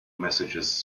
messages